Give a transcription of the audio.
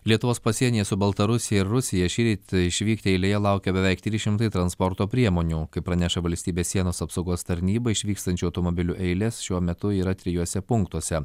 lietuvos pasienyje su baltarusija rusija šįryt išvykti eilėje laukė beveik trys šimtai transporto priemonių kaip praneša valstybės sienos apsaugos tarnyba išvykstančių automobilių eilės šiuo metu yra trijuose punktuose